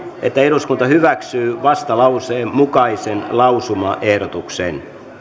että eduskunta hyväksyy vastalauseen mukaisen lausumaehdotuksen